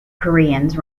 koreans